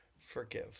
forgive